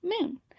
moon